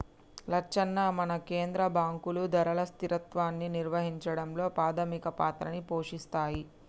లచ్చన్న మన కేంద్ర బాంకులు ధరల స్థిరత్వాన్ని నిర్వహించడంలో పాధమిక పాత్రని పోషిస్తాయి